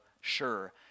sure